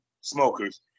smokers